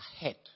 ahead